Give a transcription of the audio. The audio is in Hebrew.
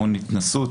המון התנסות,